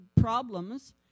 problems